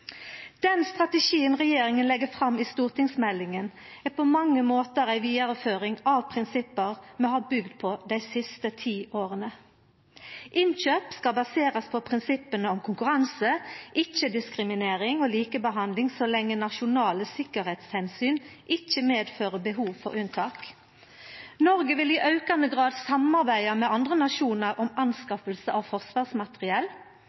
Den strategien regjeringa legg fram i stortingsmeldinga, er på mange måtar ei vidareføring av prinsipp vi har bygd på dei siste ti åra. Innkjøp skal baserast på prinsippa om konkurranse, ikkje-diskriminering og likebehandling så lenge nasjonale sikkerheitsomsyn ikkje medfører behov for unntak. Noreg vil i aukande grad samarbeida med andre nasjonar om